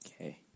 Okay